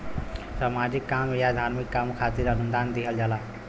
सामाजिक काम या धार्मिक काम खातिर अनुदान दिहल जाला